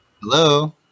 Hello